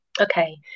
okay